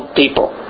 people